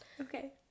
okay